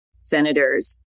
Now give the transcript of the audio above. senators